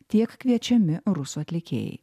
tiek kviečiami rusų atlikėjai